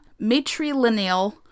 matrilineal